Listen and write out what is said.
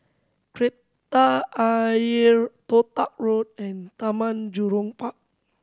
Kreta Ayer Toh Tuck Road and Taman Jurong Park